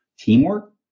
Teamwork